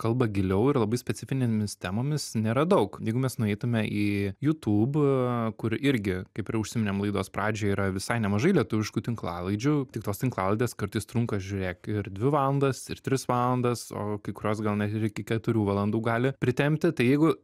kalba giliau ir labai specifinėmis temomis nėra daug jeigu mes nueitume į youtube kur irgi kaip ir užsiminėm laidos pradžioj yra visai nemažai lietuviškų tinklalaidžių tik tos tinklalaidės kartais trunka žiūrėk ir dvi valandas ir tris valandas o kai kurios gal net ir iki keturių valandų gali pritempti tai jeigu